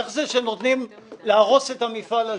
איך זה שנותנים להרוס את המפעל הזה?